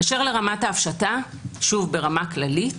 אשר לרמת ההפשטה, שוב ברמה הכללית,